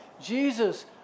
Jesus